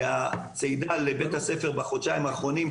והצעידה לבית הספר בחודשיים האחרונים,